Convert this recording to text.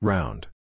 Round